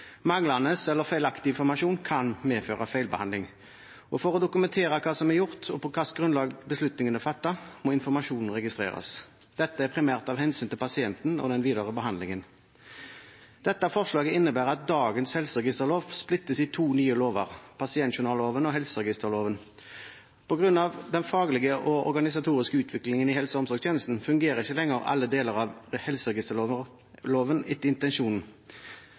Manglende eller feilaktig informasjon kan medføre feilbehandling, og for å dokumentere hva som er gjort, og på hvilket grunnlag beslutningen er fattet, må informasjonen registreres – dette primært av hensyn til pasienten og den videre behandlingen. Dette forslaget innebærer at dagens helseregisterlov splittes opp i to nye lover: pasientjournalloven og helseregisterloven. På grunn av den faglige og organisatoriske utviklingen i helse- og omsorgstjenesten fungerer ikke lenger alle deler av helseregisterloven etter